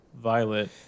violet